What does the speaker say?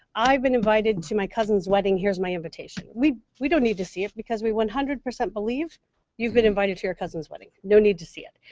i've been invited to my cousin's wedding. here's my invitation. we we don't need to see it because we one hundred percent believe you've been invited to your cousin's wedding. no need to see it.